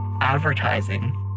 advertising